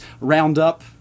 Roundup